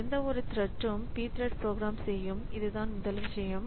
எந்தவொரு த்ரெட்ம் pthread program செய்யும் இதுதான் முதல் விஷயம்